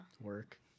Work